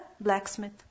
blacksmith